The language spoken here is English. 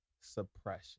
suppression